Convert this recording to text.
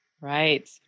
Right